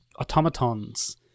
automatons